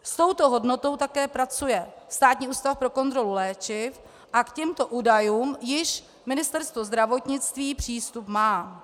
S touto hodnotou také pracuje Státní ústav pro kontrolu léčiv a k těmto údajům již Ministerstvo zdravotnictví přístup má.